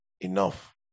enough